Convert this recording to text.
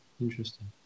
interesting